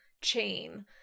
chain